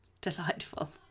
delightful